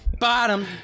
bottom